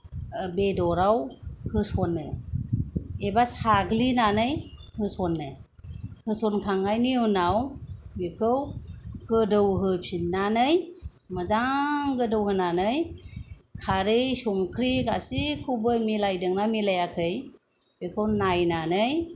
बेदराव होसनो एबा साग्लिनानै होस'नो होसनखांनायनि उनाव बिखौ गोदौहोफिननानै मोजां गोदौहोनानै खारि संख्रि गासैखौबो मिलायदोंना मिलायाखै बेखौ नायनानै